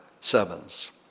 sevens